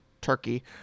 Turkey